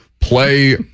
play